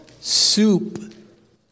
soup